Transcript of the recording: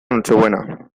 nochebuena